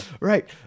Right